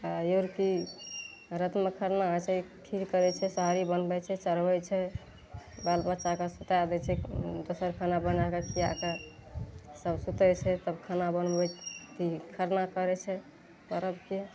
आओर बेरकी रातिमे खरना हेतय खीर पड़य छै सोहारी बनबय छै चढ़बय छै बाल बच्चाके सुताय दै छै उँ दोसर खाना बनाय कऽ खिया कए सब सुतय छै तब खाना बनबय छी खरना करय छै करय छियै